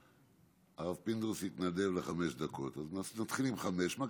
הרב פינדרוס התנדב לחמש דקות, אז נתחיל עם חמש.